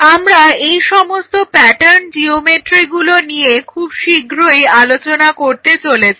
আমরা এই সমস্ত প্যাটার্ন জিওমেট্রিগুলো নিয়ে খুব শীঘ্রই আলোচনা করতে চলেছি